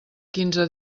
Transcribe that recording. quinze